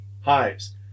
hives